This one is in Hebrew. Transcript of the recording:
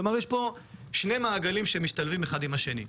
כלומר, יש פה שני מעגלים שמשתלבים אחד עם השני.